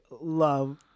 love